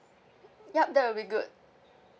yup that will be good